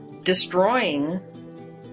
Destroying